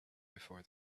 before